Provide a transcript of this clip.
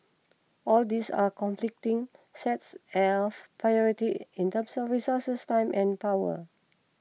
all these are conflicting sets of priority in terms of resources time and power